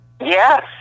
Yes